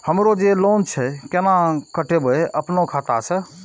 हमरो जे लोन छे केना कटेबे अपनो खाता से?